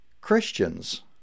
Christians